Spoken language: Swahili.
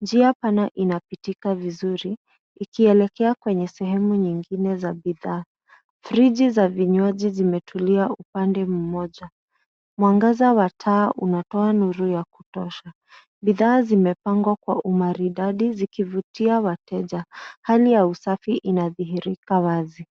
Njia pana inapitika vizuri ikielekea kwenye sehemu nyingine za bidhaa. Friji za vinywaji zimetulia upande mmoja. Mwangaza wa taa unatoa nuru ya kutosha. Bidhaa zimepangwa kwa umaridadi zikivutia wateja. Hali ya usafi inadhihirika wazi.